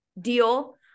deal –